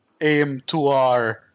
AM2R